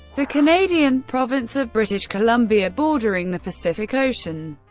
the canadian province of british columbia, bordering the pacific ocean,